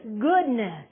goodness